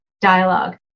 dialogue